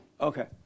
Okay